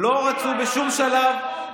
לא רצו בשום שלב.